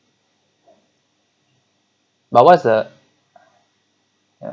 but what's a